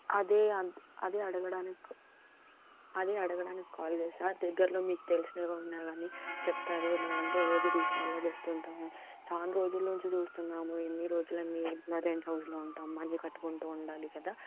అదే అదే అడగడానికి అదే అడగడానికి కాల్ చేశాను దగ్గరలో మీకు తెలిసినవి ఉన్నవి చెప్తారు లేదంటే ఏది తీసుకోవాలో బెస్ట్ ఏంటో చాల రోజుల నుంచి చూస్తున్నాము ఎన్ని రోజులని ఇట్లా రెంట్ హౌస్లో ఉంటాం ఇల్లు కట్టుకుంటు ఉండాలి కదా